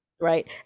right